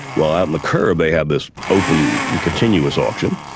well out on the kerb they had this open, continuous auction,